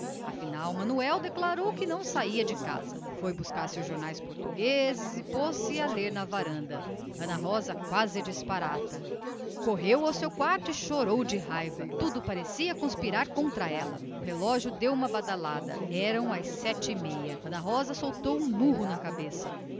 corria manuel declarou daí a pouco que não saía de casa foi buscar os seus jornais portugueses e pôs-se a ler à mesa de jantar na varanda a pequena quase que disparava correu para o seu quarto fula de raiva chorando também diabo tudo parecia conspirar contra ela o relógio bateu uma badalada eram sete e meia ana rosa soltou um murro na cabeça